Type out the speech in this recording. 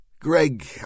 Greg